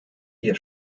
hier